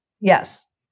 Yes